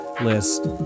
list